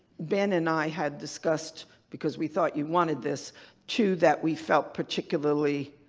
ben and i had discussed because we thought you wanted this two that we felt particularly,